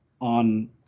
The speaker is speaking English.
on